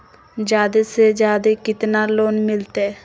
जादे से जादे कितना लोन मिलते?